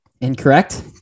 Incorrect